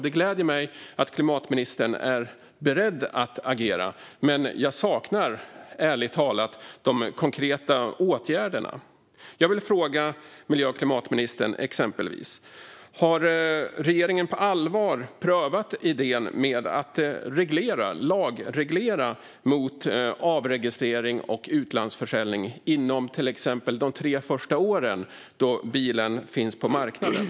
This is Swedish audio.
Det gläder mig att klimatministern är beredd att agera, men ärligt talat saknar jag de konkreta åtgärderna. Jag vill fråga miljö och klimatministern: Har regeringen på allvar prövat idén om att lagreglera mot avregistrering och utlandsförsäljning inom de tre första åren som bilen finns på marknaden?